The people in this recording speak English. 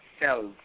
cells